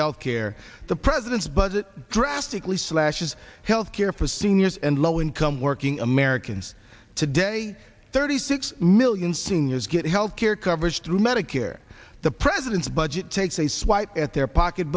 healthcare the president's budget drastically slashes health care for seniors and low income working americans today thirty six million seniors get health care coverage through medicare the president's budget takes a swipe at their